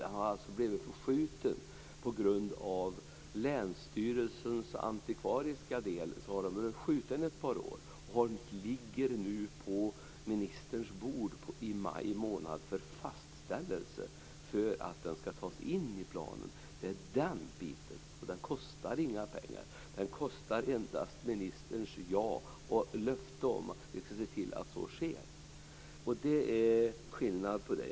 Detta har alltså blivit uppskjutet ett par år på grund av länsstyrelsens antikvariska verksamhet. Ärendet ligger på ministerns bord i maj månad för fastställelse att den skall tas in i planen. Det är den biten som det är fråga om, och det kostar inga pengar. Det kostar endast ett ja från ministern och ett löfte om att man skall se till att så sker. Det är det som är skillnaden.